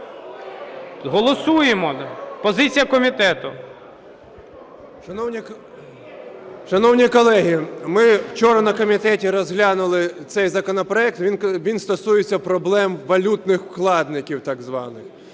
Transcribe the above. Голосуємо. Позиція комітету. 13:14:23 ГЕТМАНЦЕВ Д.О. Шановні колеги, ми вчора на комітеті розглянули цей законопроект, він стосується проблем валютних вкладників так званих.